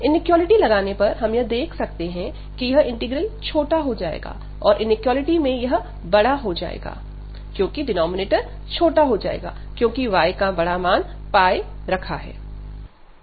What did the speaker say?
inequality लगाने पर हम यह देख सकते हैं यह इंटीग्रल छोटा हो जाएगा और इनिक्वालिटी में यह बड़ा हो जाएगा क्योंकि डिनॉमिनेटर छोटा हो जायेगा क्योंकि y का बड़ा मान रखा है